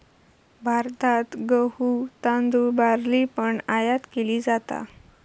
भारतात गहु, तांदुळ, बार्ली पण आयात केली जाता